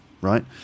right